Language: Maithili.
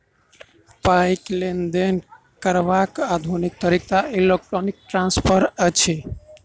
पाइक लेन देन करबाक आधुनिक तरीका इलेक्ट्रौनिक ट्रांस्फर अछि